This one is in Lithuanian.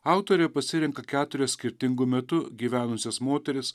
autorė pasirenka keturias skirtingu metu gyvenusias moteris